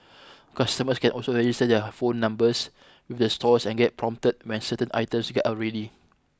customers can also register their phone numbers with the stores and get prompted when certain items are ready